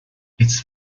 its